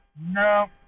No